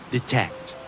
Detect